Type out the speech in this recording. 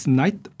night